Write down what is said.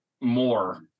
more